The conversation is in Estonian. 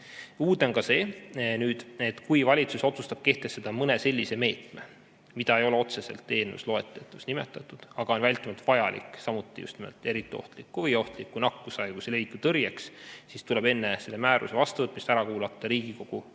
Uudne on ka see, et kui valitsus otsustab kehtestada mõne sellise meetme, mida ei ole otseselt eelnõu loetelus nimetatud, aga mis on samuti vältimatult vajalik just nimelt eriti ohtliku või ohtliku nakkushaiguse leviku tõrjeks, siis tuleb enne selle määruse vastuvõtmist ära kuulata Riigikogu